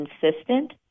consistent